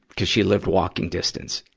cuz she lived walking distance.